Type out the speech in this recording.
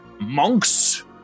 monks